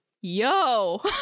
yo